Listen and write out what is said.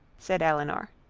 said elinor.